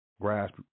grasp